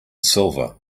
silver